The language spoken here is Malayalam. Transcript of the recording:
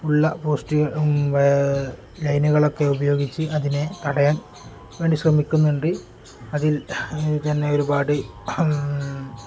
ഉള്ള പോസ്റ്റ് ലൈനുകളൊക്കെ ഉപയോഗിച്ച് അതിനെ തടയാൻ വേണ്ടി ശ്രമിക്കുന്നുണ്ട് അതിൽ തന്നെ ഒരുപാട്